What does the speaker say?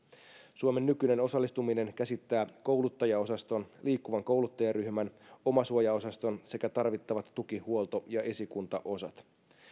suomen nykyinen osallistuminen käsittää kouluttajaosaston liikkuvan kouluttajaryhmän omasuojaosaston sekä tarvittavat tuki huolto ja esikuntaosat